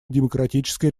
демократической